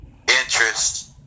Interest